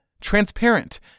transparent